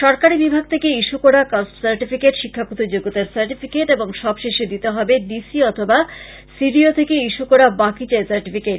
সরকারী বিভাগ থেকে ইস্য করা কাষ্ট সাটিফিকেট শিক্ষাগত যোগ্যতার সাটিফিকেট এবং সব শেষে দিতে হবে ডিসি অথবা সি ডি ও থেকে ইস্য করা বাকিজায় সাটিফিকেট